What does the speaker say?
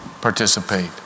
participate